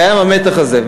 קיים המתח הזה.